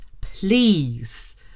please